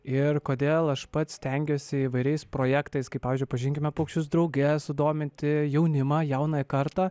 ir kodėl aš pats stengiuosi įvairiais projektais kaip pavyzdžiui pažinkime paukščius drauge sudominti jaunimą jaunąją kartą